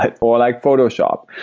ah or like photoshop.